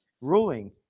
ruling